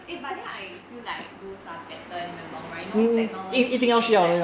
eh but I think feel like lose ah better in long run you know like technology and like